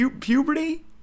puberty